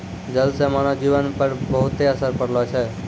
जल से मानव जीवन पर बहुते असर पड़लो छै